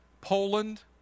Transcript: Poland